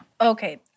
Okay